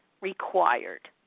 required